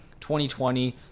2020